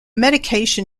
medication